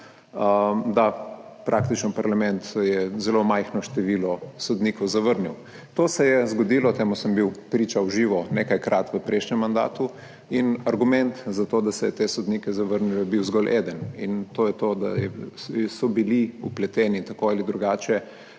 je praktično parlament zelo majhno število sodnikov zavrnil. To se je zgodilo, temu sem bil priča v živo nekajkrat v prejšnjem mandatu. Argument za to, da se je te sodnike zavrnilo, je bil zgolj eden, in to je to, da so bili vpleteni tako ali drugače